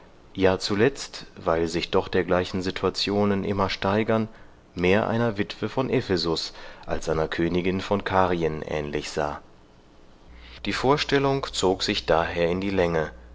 ja zuletzt weil sich doch dergleichen situationen immer steigern mehr einer witwe von ephesus als einer königin von karien ähnlich sah die vorstellung zog sich daher in die länge